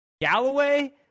Galloway